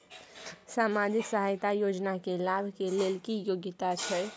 सामाजिक सहायता योजना के लाभ के लेल की योग्यता छै?